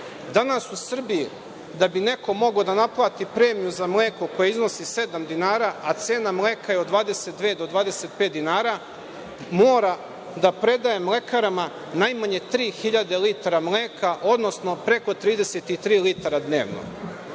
u Srbiji, da bi neko mogao da naplati premiju za mleko koje iznosi sedam dinara, a cena mleka je od 22 do 25 dinara mora da predaje mlekarama najmanje 3.000 litara mleka, odnosno preko 33 litara dnevno. Ono